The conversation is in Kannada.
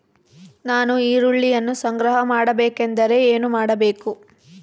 ನಾನು ಈರುಳ್ಳಿಯನ್ನು ಸಂಗ್ರಹ ಮಾಡಬೇಕೆಂದರೆ ಏನು ಮಾಡಬೇಕು?